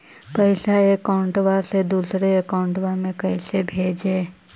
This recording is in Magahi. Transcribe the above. पैसा अकाउंट से दूसरा अकाउंट में कैसे भेजे?